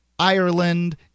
Ireland